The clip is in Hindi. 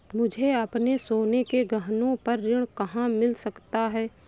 मुझे अपने सोने के गहनों पर ऋण कहाँ मिल सकता है?